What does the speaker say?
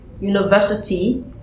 university